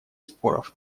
споров